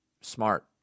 smart